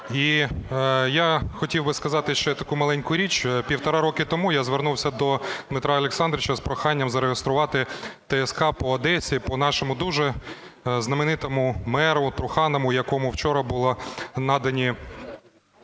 І я хотів би сказати ще таку маленьку річ. Півтора року тому я звернувся до Дмитра Олександровича з проханням зареєструвати ТСК по Одесі, по нашому дуже знаменитому меру Труханову, якому вчора були надані